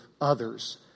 others